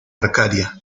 arcadia